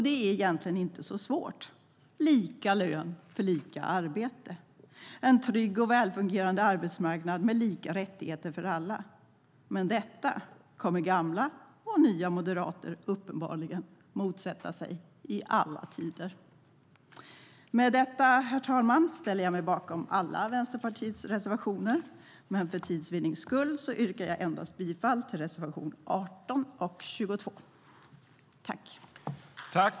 Det är egentligen inte så svårt: lika lön för lika arbete och en trygg och välfungerande arbetsmarknad med lika rättigheter för alla. Men detta kommer gamla och nya moderater uppenbarligen att motsätta sig i alla tider. Med detta, herr talman, ställer jag mig bakom alla Vänsterpartiets reservationer. Men för tids vinnande yrkar jag bifall endast till reservationerna 18 och 22.